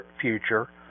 future